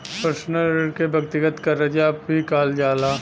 personal ऋण के व्यक्तिगत करजा भी कहल जाला